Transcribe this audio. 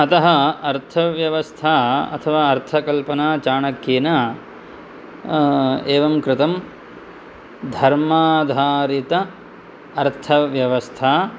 अतः अर्थव्यवस्था अथवा अर्थकल्पना चाणक्येन एवं कृतम् धर्माधारित अर्थव्यवस्था